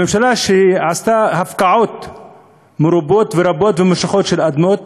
הממשלה שעשתה הפקעות מרובות ורבות וממושכות של אדמות